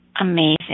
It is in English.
Amazing